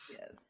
Yes